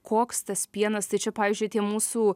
koks tas pienas tai čia pavyzdžiui tie mūsų